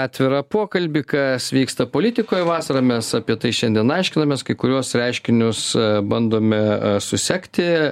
atvirą pokalbį kas vyksta politikoj vasarą mes apie tai šiandien aiškinamės kai kuriuos reiškinius bandome susekti